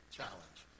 challenge